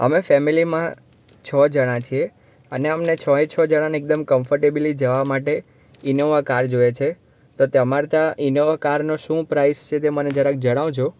અમે ફેમેલીમાં છ જણા છીએ અને અમને છોએ છો જણાંને એકદમ કન્ફરટેબલી જવા માટે ઈનોવા કાર જોઈએ છે તો તમાર તાં ઈનોવા કારનો શું પ્રાઇઝ છે તે મને જરાક જણાવજો